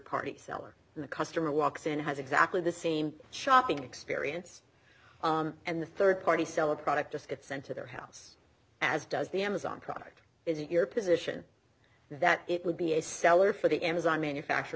party seller the customer walks in has exactly the same shopping experience and the third party sell a product just gets sent to their house as does the amazon product is it your position that it would be a seller for the amazon manufacture